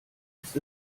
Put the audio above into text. ist